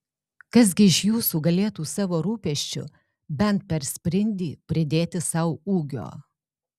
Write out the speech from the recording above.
kas gi iš jūsų galėtų savo rūpesčiu bent per sprindį pridėti sau ūgio